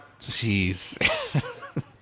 Jeez